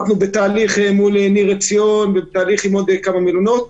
אנחנו בתהליך מול ניר עצמון ובתהליך עם עוד כמה מלונות,